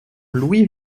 louis